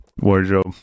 Wardrobe